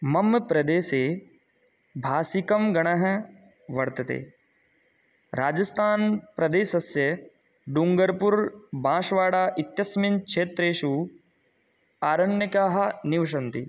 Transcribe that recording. मम प्रदेशे भाषिकं गणः वर्तते राजस्थानप्रदेशस्य डुङ्गर्पुर् बाश्व्वाडा इत्यस्मिन् क्षेत्रेषु आरण्यकाः निवसन्ति